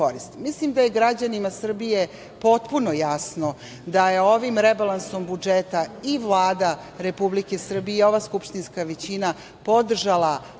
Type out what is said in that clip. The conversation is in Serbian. korist. Mislim da je građanima Srbije potpuno jasno da je ovim rebalansom budžeta i Vlada Republike Srbije i ova skupštinska većina podržala